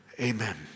Amen